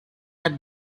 had